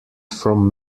from